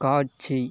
காட்சி